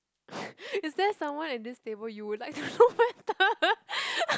is there someone in this table you would like to know better